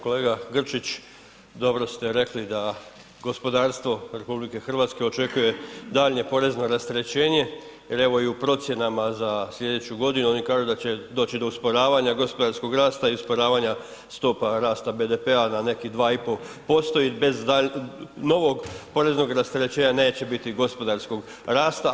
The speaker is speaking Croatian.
Kolega Grčić, dobro ste rekli da gospodarstvo RH očekuje daljnje porezno rasterećenje jer evo i u procjenama za sljedeću godinu oni kažu da će doći do usporavanja gospodarskog rasta i usporavanja stopa rasta BDP-a na nekih 2,5% i bez novog poreznog rasterećenja neće biti gospodarskog rasta.